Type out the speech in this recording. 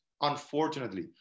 unfortunately